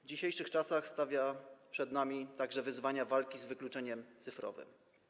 W dzisiejszych czasach stawia przed nami także wyzwania w zakresie walki z wykluczeniem cyfrowym.